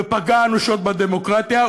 ופגע אנושות בדמוקרטיה,